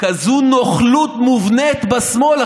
כזאת נוכלות מובנית בשמאל.